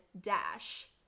Dash